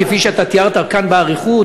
כפי שתיארת כאן באריכות,